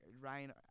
Ryan